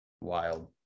Wild